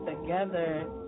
together